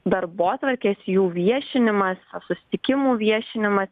darbotvarkės jų viešinimas susitikimų viešinimas